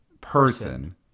person